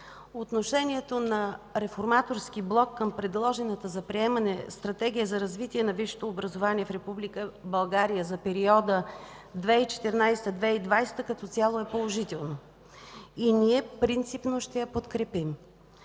Отношението на Реформаторския блок към предложената за приемане Стратегия за развитие на висшето образование в Република България за периода 2014 – 2020 г. като цяло е положителна и ние принципно ще я подкрепим.